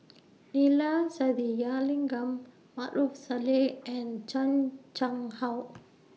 Neila Sathyalingam Maarof Salleh and Chan Chang How